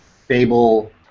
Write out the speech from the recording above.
fable